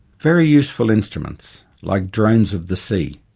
very useful instruments like drones of the sea,